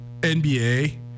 NBA